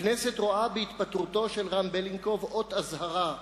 הכנסת רואה בהתפטרותו של רם בלינקוב אות אזהרה,